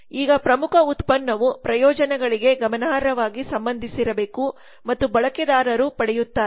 ಈಗ ಪ್ರಮುಖ ಉತ್ಪನ್ನವು ಪ್ರಯೋಜನಗಳಿಗೆ ಗಮನಾರ್ಹವಾಗಿ ಸಂಬಂಧಿಸಿರಬೇಕು ಮತ್ತು ಬಳಕೆದಾರರು ಪಡೆಯುತ್ತಾರೆ